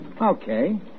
Okay